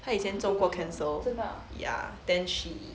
她以前中过 cancer ya then she